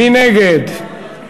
מי נגד?